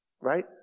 right